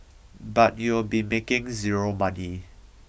but you'll be making zero money